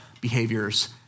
behaviors